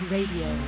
Radio